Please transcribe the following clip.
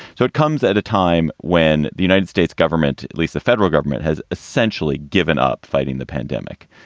so it comes at a time when the united states government, at least the federal government, has essentially given up fighting the pandemic.